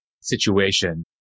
situation